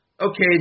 okay